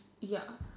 ya